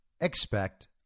expect